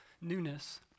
newness